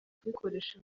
kuyikoresha